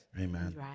Amen